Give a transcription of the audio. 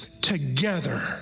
together